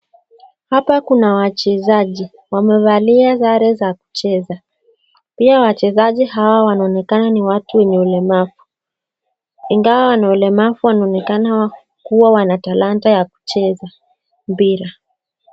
Hapa kuna wachezaji, wamevalia sare za kucheza. Pia wachezaji hao wanonekana ni watu wenye ulemavu, ingawa wako na ulemavu wanaonekana kuwa wana talanta ya kucheza mpira.